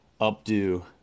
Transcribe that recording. updo